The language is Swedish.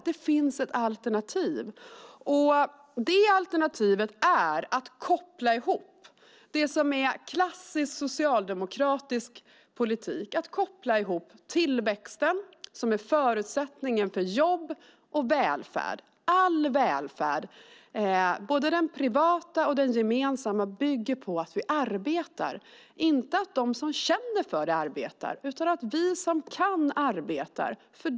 Det finns ett alternativ, och det är klassisk socialdemokratisk politik: att koppla ihop tillväxten, som är förutsättningen för jobb, och välfärd. All välfärd, både den privata och den gemensamma, bygger på att vi arbetar - inte att de som känner för det arbetar, utan att vi som kan arbeta gör det.